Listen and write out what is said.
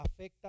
afecta